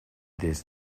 des